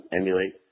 emulate